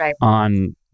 on